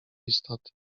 istoty